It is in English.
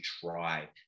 try